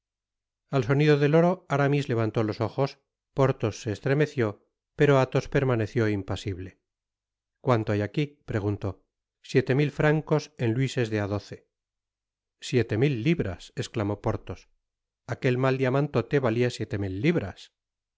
al sonido del oro aramis tevantó los ojos porthos se estremeció pero athos permaneció impasible cuánto hay aqui preguntó siete mil francos en lnises de á doce siete mil libras esclamó porthos aquel mal diamantote valia siete mil bras